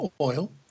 oil